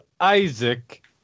Isaac